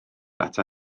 ata